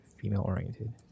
female-oriented